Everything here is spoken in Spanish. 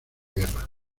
guerra